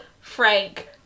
Frank